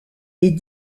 est